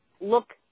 look